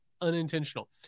unintentional